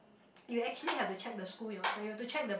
you actually have to check the school yourself you have to check the